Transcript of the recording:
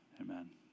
Amen